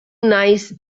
nice